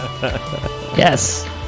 Yes